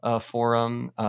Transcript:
forum